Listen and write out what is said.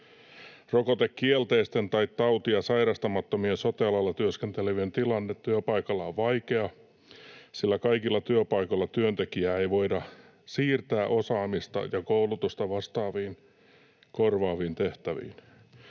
Rokotekielteisten tai tautia sairastamattomien sote-alalla työskentelevien tilanne työpaikalla on vaikea, sillä kaikilla työpaikoilla työntekijää ei voida siirtää osaamista ja koulutusta vastaaviin korvaaviin tehtäviin.